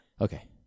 Okay